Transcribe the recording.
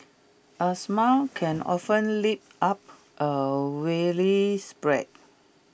A smile can often lift up A weary spirit